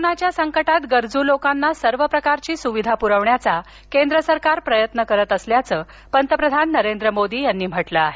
कोरोनाच्या संकटात गरजू लोकांना सर्व प्रकारची सुविधा पुरविण्याचा केंद्र सरकार प्रयत्न करत असल्याच पंतप्रधान नरेंद्र मोदी यांनी म्हटलं आहे